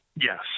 Yes